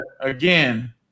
again